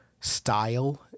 style